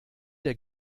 der